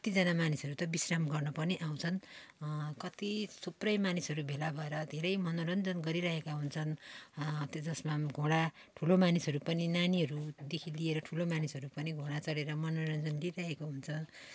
कतिजना मानिसहरू त विश्राम गर्न पनि आउँछन् कति थुप्रै मानिसहरू भेला भएर धेरै मनोरञ्जन गरिरहेका हुन्छन् त्यो जसमा घोडा ठुलो मानिसहरू पनि नानीहरूदेखि लिएर ठुलो मानिसहरू पनि घोडा चढेर मनोरञ्जन लिइरहेको हुन्छ